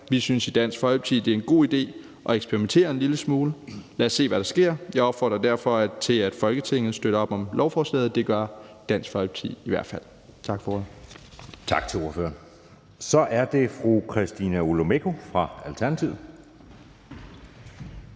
Vi synes i Dansk Folkeparti, at det er en god idé at eksperimentere en lille smule. Lad os se, hvad der sker. Jeg opfordrer derfor til, at Folketinget støtter op om lovforslaget. Det gør Dansk Folkeparti i hvert fald. Tak for ordet. Kl. 12:27 Anden næstformand (Jeppe Søe): Tak til ordføreren. Så er det fru Christina Olumeko fra Alternativet.